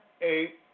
eight